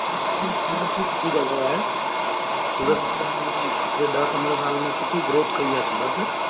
सूरत बि सुठी जॻहि आहे सूरत में पिछले ॾह पंदरहं साल में सुठी ग्रोथ कई आहे सूरत